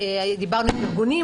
דיברנו עם ארגונים,